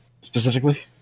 Specifically